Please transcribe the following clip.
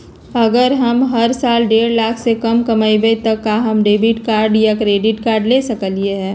अगर हम हर साल डेढ़ लाख से कम कमावईले त का हम डेबिट कार्ड या क्रेडिट कार्ड ले सकली ह?